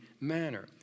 manner